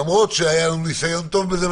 למרות שהיה לנו ניסיון טוב בזה,